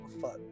fuck